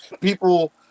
people